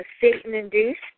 Satan-induced